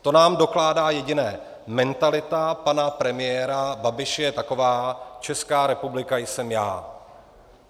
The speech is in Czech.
To nám dokládá jediné mentalita pana premiéra Babiše je taková: Česká republika jsem já.